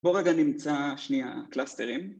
בואו רגע נמצא, שניה, קלסטרים